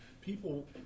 people